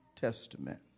Testament